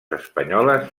espanyoles